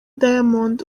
diamond